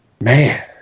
man